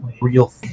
real